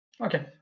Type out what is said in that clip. Okay